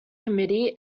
committee